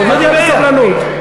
סבלנות.